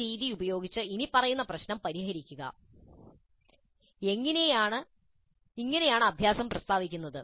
ഈ രീതി ഉപയോഗിച്ച് ഇനിപ്പറയുന്ന പ്രശ്നം പരിഹരിക്കുക അങ്ങനെയാണ് അഭ്യാസം പ്രസ്താവിക്കുന്നത്